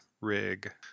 rig –